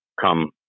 come